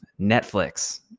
Netflix